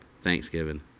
Thanksgiving